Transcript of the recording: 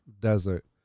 desert